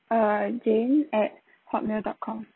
err jane at hotmail dot com